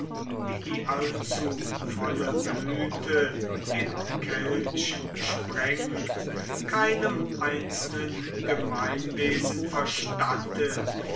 wie die allzu volle blüte den kelch sprengt keinem einzelnen gemeinwesen verstattet